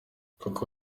kuko